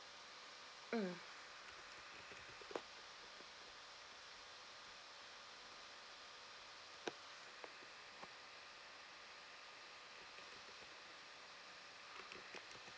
mm